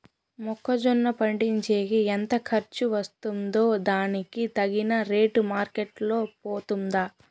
మొక్క జొన్న పండించేకి ఎంత ఖర్చు వస్తుందో దానికి తగిన రేటు మార్కెట్ లో పోతుందా?